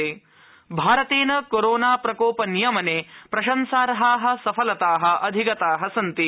corona भारतेन corona प्रकोप नियमने प्रशंसार्हा सफलता अधिगतास्ति